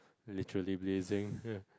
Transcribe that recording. literally blessing